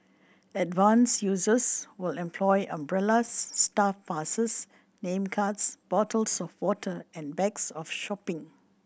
advanced users will employ umbrellas staff passes name cards bottles of water and bags of shopping